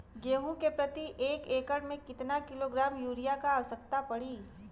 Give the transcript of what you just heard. गेहूँ के प्रति एक एकड़ में कितना किलोग्राम युरिया क आवश्यकता पड़ी?